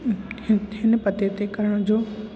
हिन हिन पते ते करण जो